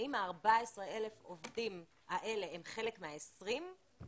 האם ה-14 אלף עובדים האלה הם חלק מה-20 שחסרים?